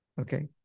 Okay